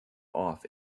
off